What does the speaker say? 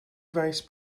faes